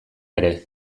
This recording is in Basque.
ere